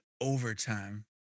overtime